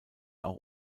auch